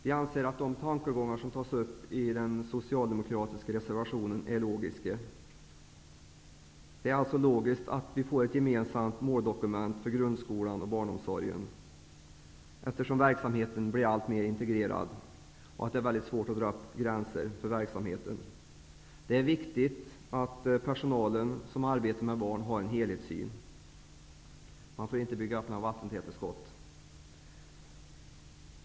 Vi anser att de tankegångar som tas upp i den socialdemokratiska reservationen är logiska. Det är logiskt att vi får ett gemensamt måldokument för grundskolan och barnomsorgen, eftersom verksamheten blir allt mer integrerad. Det är svårt att dra gränser för verksamheten. Det är viktigt att personalen som arbetar med barnen har en helhetssyn. Man får inte bygga upp några vattentäta skott.